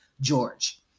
George